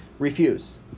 Refuse